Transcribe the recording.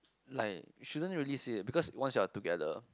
like shouldn't really see it because once you are together